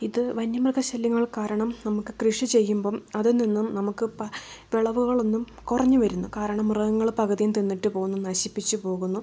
ഇത് വന്യമൃഗശല്യങ്ങൾ കാരണം നമുക്ക് കൃഷി ചെയ്യുമ്പോൾ അതിൽനിന്നും നമുക്ക് വിളവുകൾ ഒന്നും കുറഞ്ഞു വരുന്നു കാരണം മൃഗങ്ങൾ പകുതിയും തിന്നിട്ടുപോകുന്നു നശിപ്പിച്ചുപോവുന്നു